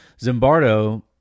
Zimbardo